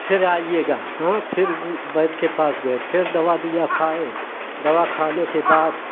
फिर आइएगा हाँ फिर वैद्य के पास गए फिर दवा दिया खाए दवा खाने के बाद